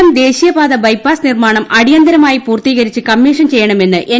കൊല്സം ദേശീയപാത ബൈപ്പാസ് നിർമ്മാണം അടിയന്തരമായി പൂർത്തീകരിച്ച് കമ്മീഷൻ ചെയ്യണമെന്ന് എൻ